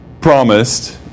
promised